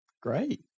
great